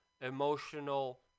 emotional